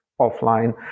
offline